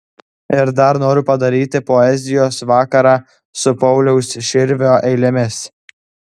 ir dar noriu padaryti poezijos vakarą su pauliaus širvio eilėmis